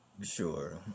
Sure